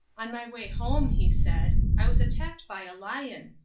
on my way home, he said, i was attacked by a lion.